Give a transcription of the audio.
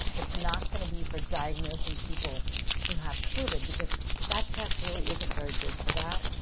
it's not going to be for diagnosing people who have covid because that test really isn't very good for that.